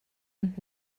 und